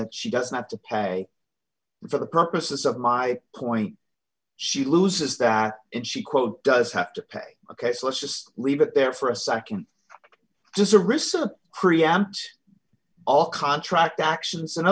that she doesn't have to pay for the purposes of my point she loses that and she quote does have to pay ok so let's just leave it there for a nd just a recent create and all contract actions in